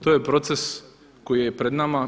To je proces koji je pred nama.